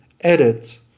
edit